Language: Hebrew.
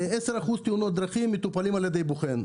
10% מתאונות הדרכים מטופלות על ידי בוחן.